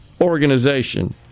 organization